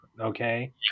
Okay